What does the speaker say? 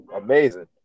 amazing